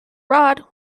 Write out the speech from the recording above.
rod